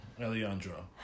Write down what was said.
Alejandro